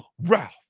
Ralph